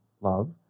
love